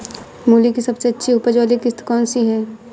मूली की सबसे अच्छी उपज वाली किश्त कौन सी है?